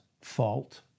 fault